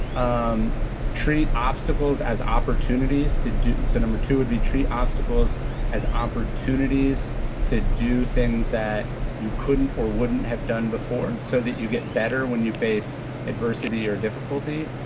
um treat obstacles as opportunities to do. number two would be treat obstacles as opportunities to do things that you couldn't or wouldn't have done before so that you get better when you face adversity or difficulty.